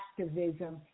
activism